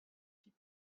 type